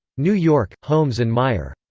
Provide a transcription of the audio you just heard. new york holmes and meier.